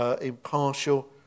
impartial